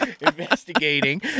investigating